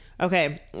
Okay